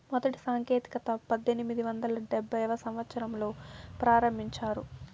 మొదటి సాంకేతికత పద్దెనిమిది వందల డెబ్భైవ సంవచ్చరంలో ప్రారంభించారు